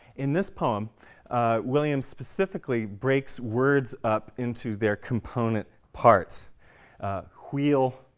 in this poem williams specifically breaks words up into their component parts wheel,